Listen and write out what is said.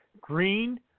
Green